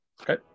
Okay